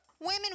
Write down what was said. Women